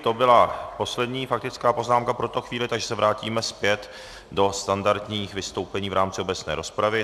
To byla poslední faktická poznámka pro tuto chvíli, takže se vrátíme zpět do standardních vystoupení v rámci obecné rozpravy.